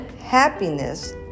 happiness